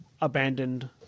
abandoned